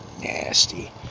nasty